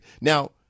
Now